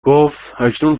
گفتاکنون